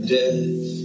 death